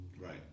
Right